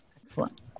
Excellent